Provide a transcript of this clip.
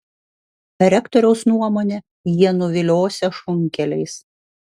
rektoriaus nuomone jie nuviliosią šunkeliais